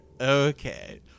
Okay